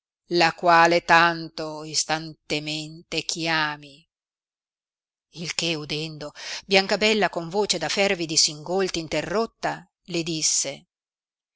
la quale tanto instantemente chiami il che udendo biancabella con voce da fervidi singolti interrotta le disse